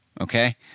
okay